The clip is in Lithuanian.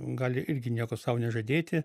gali irgi nieko sau nežadėti